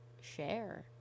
share